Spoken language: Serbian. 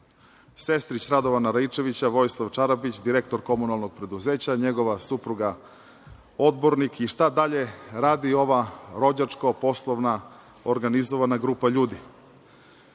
sestrić Radovana Raičevića, Vojislav Čarapić, direktor komunalnog preduzeća, njegova supruga odbornik. I šta dalje radi ova rođačko-poslovna organizovana grupa ljudi?